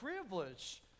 privilege